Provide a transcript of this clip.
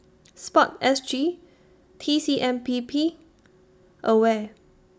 Sport S G T C M P B and AWARE